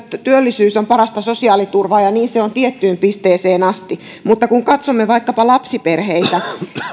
työllisyys on parasta sosiaaliturvaa ja niin se tiettyyn pisteeseen asti on mutta kun katsomme vaikkapa lapsiperheitä